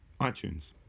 iTunes